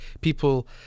people